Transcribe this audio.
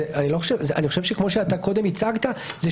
כמו שקודם הצגת,